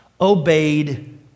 obeyed